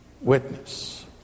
Witness